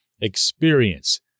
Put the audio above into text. experience